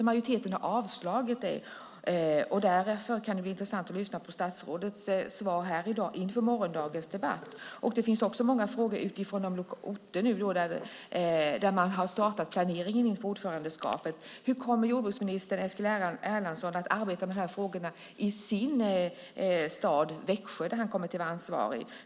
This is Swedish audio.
Majoriteten har avstyrkt detta. Därför kan det bli intressant att lyssna på statsrådets svar i dag, inför morgondagens debatt. Det finns också många frågor med tanke på de orter där man nu har startat planeringen inför ordförandeskapet. Hur kommer jordbruksminister Eskil Erlandsson att arbeta med de här frågorna i sin stad, Växjö, där han kommer att vara ansvarig?